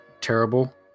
Terrible